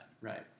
Right